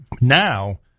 Now